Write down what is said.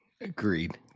Agreed